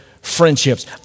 friendships